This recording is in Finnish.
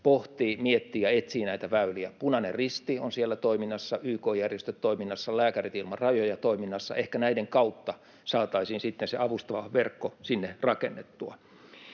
pohtii, miettii ja etsii näitä väyliä. Punainen Risti on siellä toiminnassa, YK-järjestöt toiminnassa, Lääkärit Ilman Rajoja toiminnassa. Ehkä näiden kautta saataisiin sitten se avustava verkko sinne rakennettua.